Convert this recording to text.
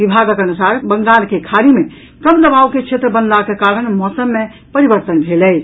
विभागक अनुसार बंगाल के खाड़ी मे कम दबाव के क्षेत्र बनलाक कारण मौसम मे परिवर्तन भेल अछि